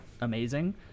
amazing